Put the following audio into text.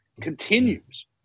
continues